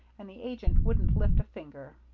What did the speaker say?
and the agent wouldn't lift a finger.